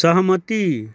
सहमति